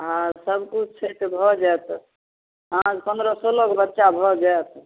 हँ सबकिछु छै तऽ भऽ जाएत हँ पनरह सोलहगो बच्चा भऽ जाएत